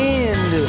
end